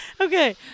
Okay